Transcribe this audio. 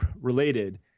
related